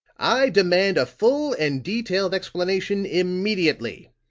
i demand a full and detailed explanation immediately.